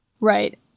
right